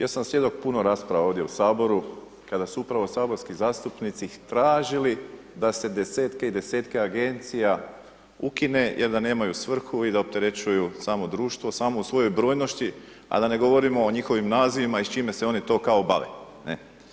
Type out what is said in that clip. Ja sam svjedok puno rasprava ovdje u saboru kada su upravo saborski zastupnici tražili da se desetke i desetke agencija ukine jer da nemaju svrhu i da opterećuju samo društvo, samo u svojoj brojnosti, a da ne govorimo o njihovim nazivima i s čime se oni to kao bave, ne.